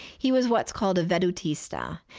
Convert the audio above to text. he was what's called a vedutista,